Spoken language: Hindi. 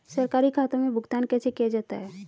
सरकारी खातों में भुगतान कैसे किया जाता है?